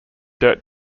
dirt